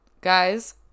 guys